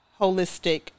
holistic